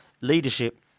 leadership